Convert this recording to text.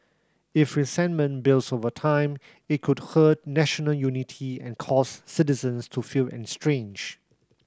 if resentment builds over time it could hurt national unity and cause citizens to feel estranged